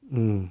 mm